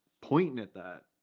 pointing at that!